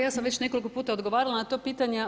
Ja sam već nekoliko puta odgovarala na to pitanje.